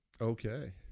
Okay